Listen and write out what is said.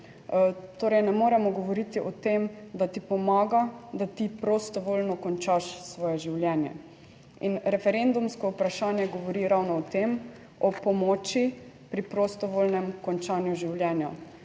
torej, ne moremo govoriti o tem, da ti pomaga, da ti prostovoljno končaš svoje življenje in referendumsko vprašanje govori ravno o tem, o pomoči pri prostovoljnem končanju življenja,